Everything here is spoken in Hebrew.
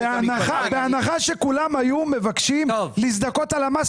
בהנחה שכולם היו מבקשים להזדכות על המס